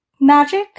magic